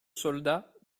soldat